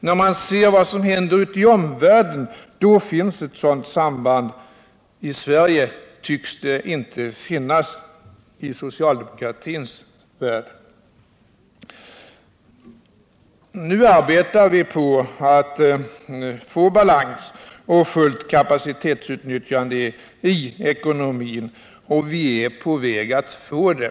När man ser på vad som händer i omvärlden erkänner man att det finns ett sådant samband, men i Sverige tycks det inte finnas något sådant samband i socialdemokratins värld. Nu arbetar vi på att få balans och fullt kapacitetsutnyttjande i ekonomin, och vi är på väg att få det.